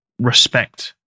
respect